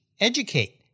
educate